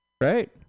right